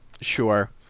Sure